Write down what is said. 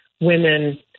women